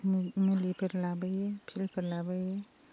मुलिफोर लाबोयो पिलफोर लाबोयो